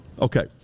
Okay